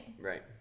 Right